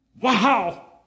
Wow